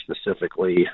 specifically